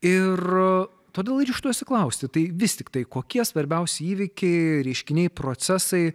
ir todėl ryžtuosi klausti tai vis tiktai kokie svarbiausi įvykiai reiškiniai procesai